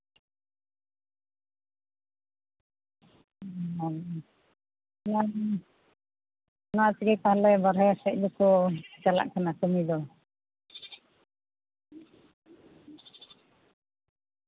ᱦᱩᱸ ᱚᱱᱟ ᱛᱮᱜᱮ ᱛᱟᱦᱞᱮ ᱵᱟᱨᱦᱮ ᱥᱮᱫ ᱫᱚᱠᱚ ᱪᱟᱞᱟᱜ ᱠᱟᱱᱟ ᱠᱟᱹᱢᱤ ᱫᱚ